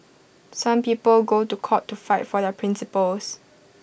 some people go to court to fight for their principles